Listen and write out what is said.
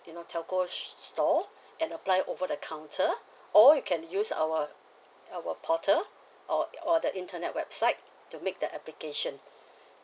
you know telco s~ store and apply over the counter or you can use our our portal or or the internet website to make the application